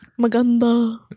Maganda